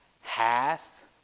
hath